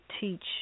teach